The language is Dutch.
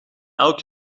elk